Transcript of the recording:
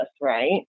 right